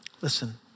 listen